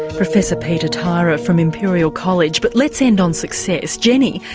professor peter tyrer from imperial college. but let's end on success. jenny,